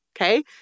okay